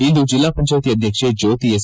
ಇಂದು ಜಿಲ್ಲಾ ಪಂಚಾಯಿತಿ ಅಧ್ಯಕ್ಷೆ ಜ್ಯೋತಿ ಎಸ್